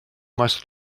must